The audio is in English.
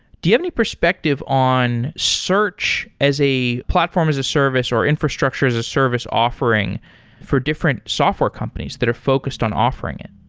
do you have any perspective on search as a platform as a service or infrastructure as a service offering for different software companies that have focused on offering it?